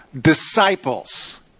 Disciples